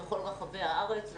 בכל רחבי הארץ.